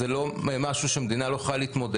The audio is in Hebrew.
זה לא משהו שהמדינה לא יכולה להתמודד,